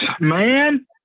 Man